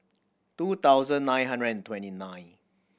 two thousand nine hundred and twenty nine